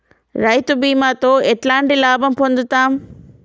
రైతు బీమాతో ఎట్లాంటి లాభం పొందుతం?